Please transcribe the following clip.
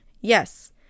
Yes